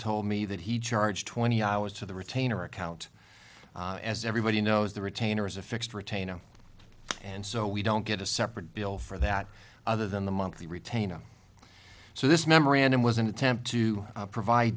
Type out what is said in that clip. told me that he charged twenty hours to the retainer account as everybody knows the retainer is a fixed retainer and so we don't get a separate bill for that other than the monthly retainer so this memorandum was an attempt to provide